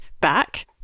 back